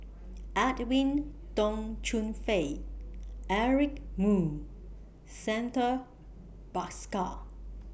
Edwin Tong Chun Fai Eric Moo Santha Bhaskar